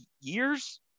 years